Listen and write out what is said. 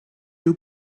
you